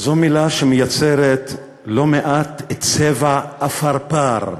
זו מילה שמייצרת לא מעט צבע אפרפר,